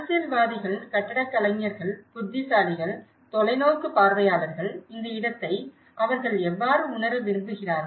அரசியல்வாதிகள் கட்டடக் கலைஞர்கள் புத்திசாலிகள் தொலைநோக்கு பார்வையாளர்கள் இந்த இடத்தை அவர்கள் எவ்வாறு உணர விரும்புகிறார்கள்